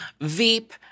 Veep